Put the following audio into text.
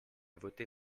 voter